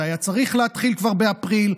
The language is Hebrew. זה היה צריך להתחיל כבר באפריל.